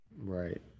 right